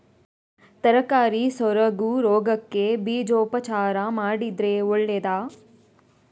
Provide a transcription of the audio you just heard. ತರಕಾರಿ ಸೊರಗು ರೋಗಕ್ಕೆ ಬೀಜೋಪಚಾರ ಮಾಡಿದ್ರೆ ಒಳ್ಳೆದಾ?